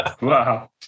Wow